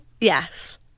Yes